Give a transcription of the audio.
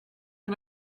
can